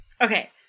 Okay